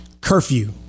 curfew